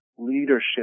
Leadership